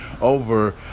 over